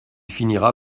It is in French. finira